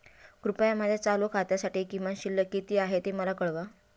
कृपया माझ्या चालू खात्यासाठी किमान शिल्लक किती आहे ते मला कळवा